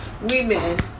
women